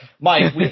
Mike